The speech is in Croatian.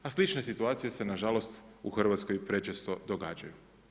Pa slične situacije se nažalost u Hrvatskoj prečesto događaju.